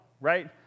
right